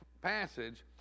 passage